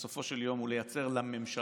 בסופו של יום, הוא לייצר לממשלה